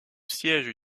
siège